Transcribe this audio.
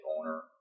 owner